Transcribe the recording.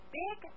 big